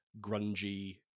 grungy